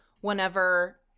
whenever